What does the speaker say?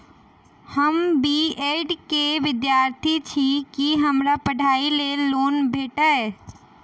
हम B Ed केँ विद्यार्थी छी, की हमरा पढ़ाई लेल लोन भेटतय?